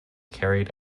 carried